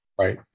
Right